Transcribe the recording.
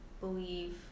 believe